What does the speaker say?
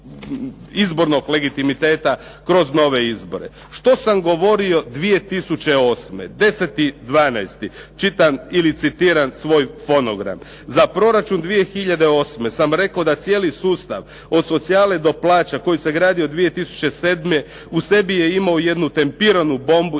izbornog legitimiteta kroz nove izbore. Što sam govorio 2008., 10.12.? Čitam ili citiram svoj fonogram. Za proračun 2008. sam rekao da cijeli sustav od socijale do plaća koji se gradio 2007. u sebi je imao jednu tempiranu bombu